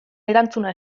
erantzuna